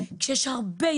כשיש הרבה,